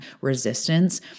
resistance